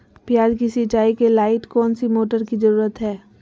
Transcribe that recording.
प्याज की सिंचाई के लाइट कौन सी मोटर की जरूरत है?